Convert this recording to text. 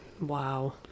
wow